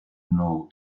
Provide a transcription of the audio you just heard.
know